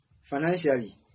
financially